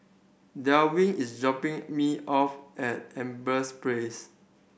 Delwin is dropping me off at Empress Place